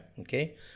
okay